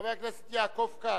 חבר הכנסת יעקב כץ,